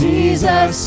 Jesus